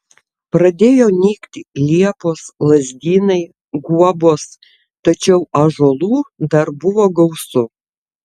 pradėjo nykti liepos lazdynai guobos tačiau ąžuolų dar buvo gausu